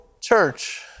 Church